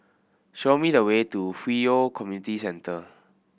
show me the way to Hwi Yoh Community Centre